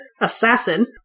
assassin